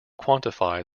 quantify